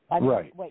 right